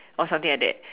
or something like that